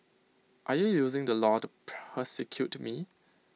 are you using the law to persecute me